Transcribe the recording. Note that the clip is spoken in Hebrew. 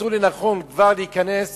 מצאו לנכון להיכנס